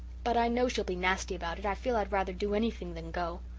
but i know she'll be nasty about it i feel i'd rather do anything than go.